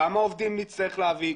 כמה עובדים נצטרך להביא.